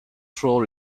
through